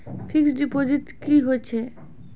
Fixed deposit की होय छै?